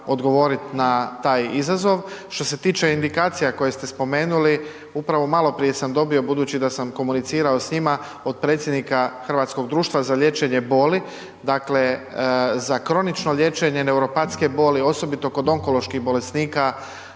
odgovorit na taj izazov. Što se tiče indikacija koje ste spomenuli upravo maloprije sam dobio, budući da sam komunicirao s njima od predsjednika Hrvatskog društva za liječenje boli, dakle za kronično liječene neuropatske boli osobito kod onkoloških bolesnika